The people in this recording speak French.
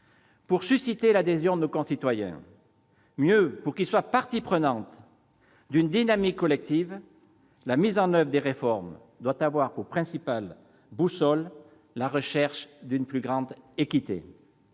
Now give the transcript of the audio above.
Pour susciter l'adhésion de nos concitoyens- mieux, pour qu'ils soient partie prenante d'une dynamique collective -, la mise en oeuvre des réformes doit avoir, pour principale boussole, la recherche d'une plus grande équité.